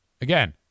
Again